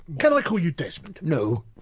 can i call you desmond? no.